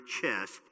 chest